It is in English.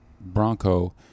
bronco